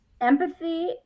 Empathy